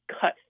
cut